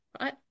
right